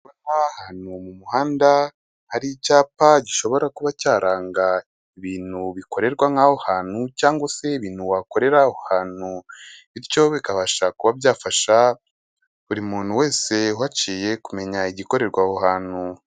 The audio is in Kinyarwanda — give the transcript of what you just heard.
Ahantu mu muhanda hari icyapa gishobora kuba cyaranga ibintu bikorerwa nk'aho hantu, cyangwa se ibintu wakorera aho ahantu, bityo bikabasha kuba byafasha buri muntu wese uhaciye kumenya igikorerwa aho hantu.